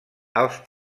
els